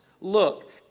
Look